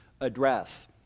address